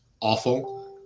awful